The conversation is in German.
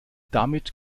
damit